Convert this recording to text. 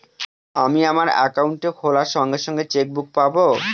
আমি আমার একাউন্টটি খোলার সঙ্গে সঙ্গে চেক বুক পাবো?